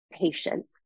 patience